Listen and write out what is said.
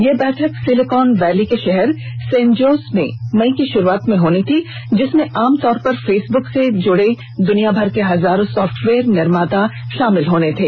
ये बैठक Silicon Valley के शहर सेन जोस में मई के शुरुआत में होनी थी जिसमें आमतौर पर फेसबुक से जुड़े दुनिया भर के हजारों सॉफ्टवेयर निर्माता शामिल होने थे